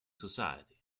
society